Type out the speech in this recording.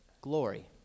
glory